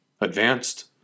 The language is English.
advanced